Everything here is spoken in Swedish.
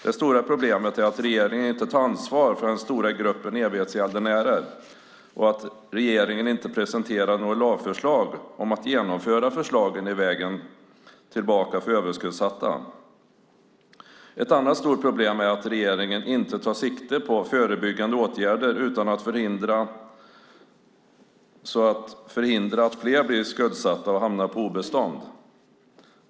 Det stora problemet är att regeringen inte tar ansvar för den stora gruppen evighetsgäldenärer och att regeringen inte presenterar något lagförslag om att genomföra förslagen i Vägen tillbaka för överskuldsatta . Ett annat stort problem är att regeringen inte tar sikte på förebyggande åtgärder för att förhindra att fler blir skuldsatta och hamnar på obestånd.